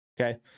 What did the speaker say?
Okay